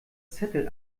zettel